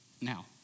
Now